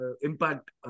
impact